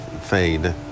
fade